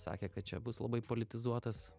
sakė kad čia bus labai politizuotas